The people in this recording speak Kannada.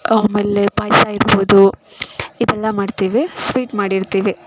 ಆಮೇಲೆ ಪಾಯಸ ಇರ್ಬೋದು ಇವೆಲ್ಲ ಮಾಡ್ತೀವಿ ಸ್ವೀಟ್ ಮಾಡಿರ್ತೀವಿ